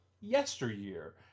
yesteryear